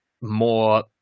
more